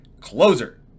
closer